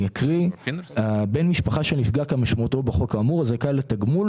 אני אקריא אותה: "בן משפחה שנפגע כמשמעותו בחוק האמור זכאי לתגמול